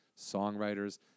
songwriters